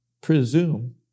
presume